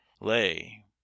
lay